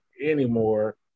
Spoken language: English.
anymore